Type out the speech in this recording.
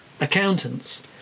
accountants